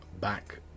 back